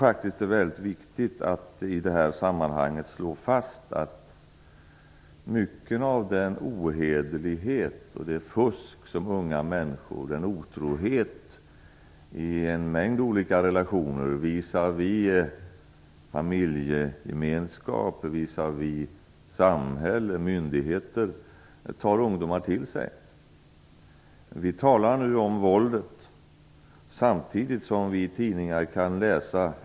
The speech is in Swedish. Det är väldigt viktigt att i det här sammanhanget slå fast att ungdomar tar till sig mycket av den ohederlighet, fusk och otrohet som unga människor ser i en mängd olika relationer visavi familjegemenskap och visavi samhälle och myndigheter. Vi talar nu om våldet samtidigt som vi i tidningar kan läsa om annat.